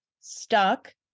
stuck